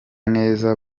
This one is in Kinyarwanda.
neza